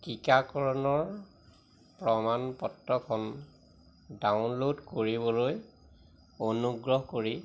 টীকাকৰণৰ প্ৰমাণপত্ৰখন ডাউনলোড কৰিবলৈ অনুগ্ৰহ কৰি